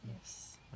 Yes